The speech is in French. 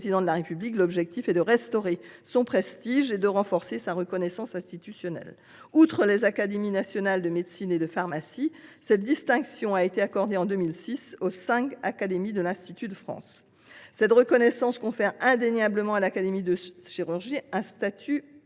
l’objectif est de restaurer son prestige et de renforcer sa reconnaissance institutionnelle. Outre les académies nationales de médecine et de pharmacie, cette distinction a été accordée en 2006 aux cinq académies de l’Institut de France. Cette reconnaissance confère indéniablement à l’Académie nationale de chirurgie un statut privilégié